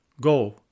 Go